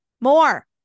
more